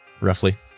Roughly